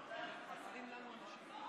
מצביעים.